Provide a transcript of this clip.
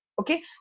okay